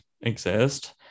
exist